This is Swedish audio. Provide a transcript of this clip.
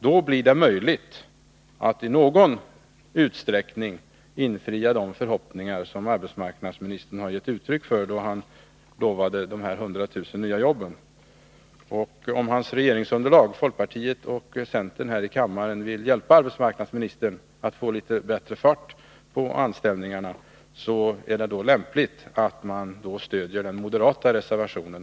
Då blir det möjligt att i någon utsträckning infria de förhoppningar som arbetsmarknadsministern gav uttryck för då han lovade 100 000 nya jobb. Om hans regeringsunderlag, folkpartiet och centern här i kammaren, vill hjälpa arbetsmarknadsministern att få bättre fart på anställningarna, är det lämpligt att de stöder den moderata reservationen.